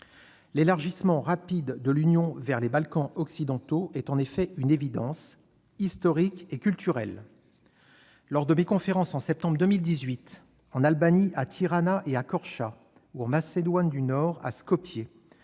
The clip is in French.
L'élargissement rapide de l'Union vers les Balkans occidentaux est en effet une évidence historique et culturelle. Lors des conférences que j'ai données en septembre 2018 en Albanie, à Tirana et à Korça, et en Macédoine du Nord, à Skopje,